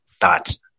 thoughts